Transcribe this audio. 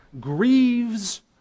grieves